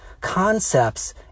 concepts